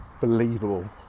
believable